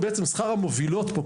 שהן המובילות פה,